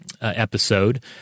episode